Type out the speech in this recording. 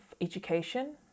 education